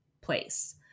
place